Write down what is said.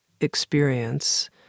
experience